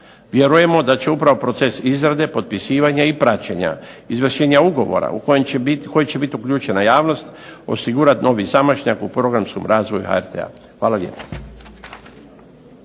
Vjerujemo da će upravo proces izrade, potpisivanja i praćenja izvršenja ugovora u kojem će biti uključena javnost osigurati novi zamašnjak u programskom razvoju HRT-a. Hvala lijepo.